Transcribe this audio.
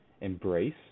embrace